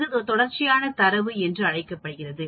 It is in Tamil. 3 மற்றும் பல இது தொடர்ச்சியான தரவு என்று அழைக்கப்படுகிறது